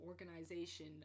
organization